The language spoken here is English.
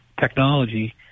technology